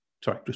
sorry